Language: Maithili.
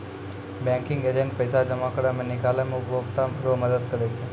बैंकिंग एजेंट पैसा जमा करै मे, निकालै मे उपभोकता रो मदद करै छै